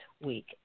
week